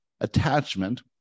attachment